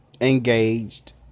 Engaged